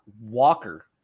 Walker